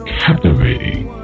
captivating